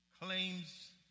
claims